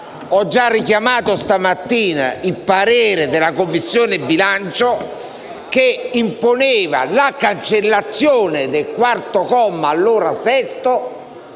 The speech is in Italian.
Ho già richiamato stamattina il parere della Commissione bilancio che imponeva la cancellazione del quarto comma (allora sesto)